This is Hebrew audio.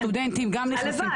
סטודנטים גם נכנסים פנימה.